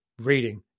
reading